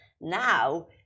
now